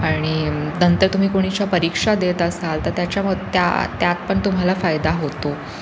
आणि नंतर तुम्ही कोणीच्या परीक्षा देत असाल तर त्याच्याम त्या त्यात पण तुम्हाला फायदा होतो